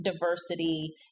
diversity